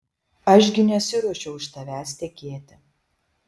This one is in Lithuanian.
aš gi nesiruošiu už tavęs tekėti